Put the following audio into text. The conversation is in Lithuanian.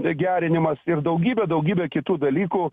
gerinimas ir daugybė daugybė kitų dalykų